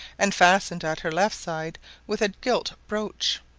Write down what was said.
and fastened at her left side with a gilt brooch.